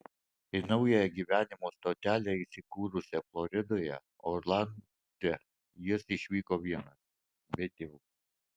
į naująją gyvenimo stotelę įsikūrusią floridoje orlande jis išvyko vienas be tėvų